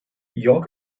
york